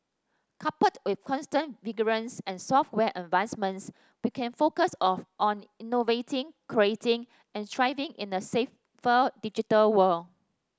coupled with constant vigilance and software advancements we can focus on on innovating creating and thriving in a safer digital world